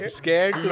scared